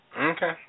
Okay